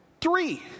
three